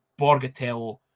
Borgatello